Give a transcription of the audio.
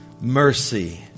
mercy